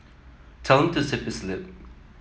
tell him to zip his lip